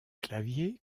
clavier